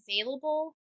available